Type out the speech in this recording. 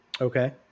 Okay